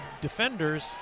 defenders